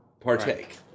partake